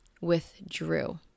withdrew